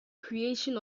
creation